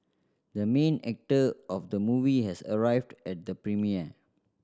the main actor of the movie has arrived at the premiere